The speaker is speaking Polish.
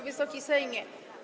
Wysoki Sejmie!